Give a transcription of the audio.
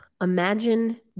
Imagine